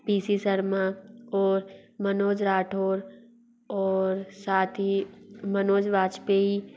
P C Sharma और मनोज राठौड़ और साथ ही मनोज वाजपाई